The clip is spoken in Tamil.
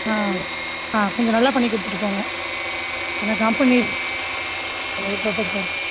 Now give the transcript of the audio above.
ஆ ஆ கொஞ்சம் நல்லா பண்ணிக் கொடுத்துட்டு போங்க ஏன்னா கம்பெனி கொஞ்சம் பர்ஃபெக்ட்டாக இருக்கும்